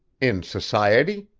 in society?